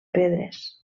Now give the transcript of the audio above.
pedres